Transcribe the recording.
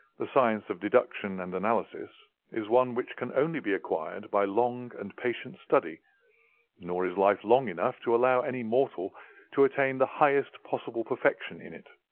the science of deduction and analysis is one which can only be acquired by long and patient study nor is life long enough to allow any mortal to attain the highest possible perfection in it.